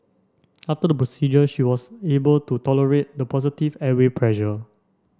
after the procedure she was able to tolerate the positive airway pressure